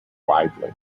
widely